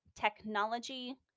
technology